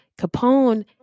Capone